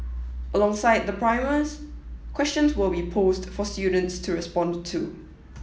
alongside the primers questions will be posed for students to respond to